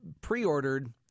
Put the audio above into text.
pre-ordered